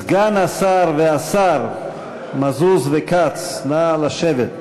סגן השר והשר מזוז וכץ, נא לשבת.